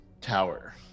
tower